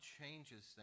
changes